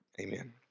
Amen